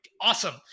awesome